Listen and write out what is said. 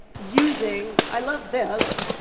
using, i love this,